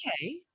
Okay